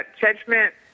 judgment